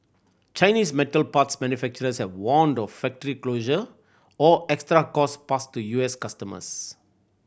Chinese metal parts manufacturers have warned of factory closure or extra cost passed to U S customers